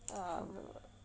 um